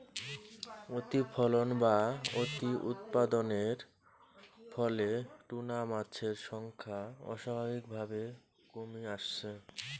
অতিফলন বা অতিউৎপাদনের ফলে টুনা মাছের সংখ্যা অস্বাভাবিকভাবে কমি আসছে